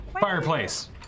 Fireplace